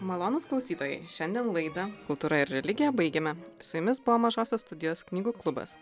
malonūs klausytojai šiandien laidą kultūra ir religija baigėme su jumis buvo mažosios studijos knygų klubas